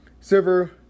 Silver